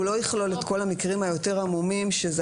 הוא לא יכלול את כל המקרים היותר עמומים שאלה